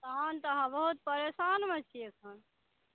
तहन तऽ अहाँ बहुत परेशानमे छी एखन